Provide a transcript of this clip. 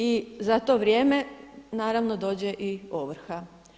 I za to vrijeme naravno dođe i ovrha.